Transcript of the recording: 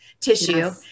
tissue